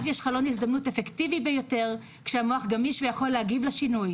אז יש חלון הזדמנות אפקטיבי ביותר כשהמוח גמיש ויכול להגיב לשינוי.